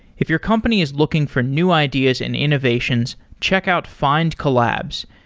if your company is looking for new ideas and innovations, check out findcollabs.